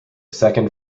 second